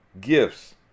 gifts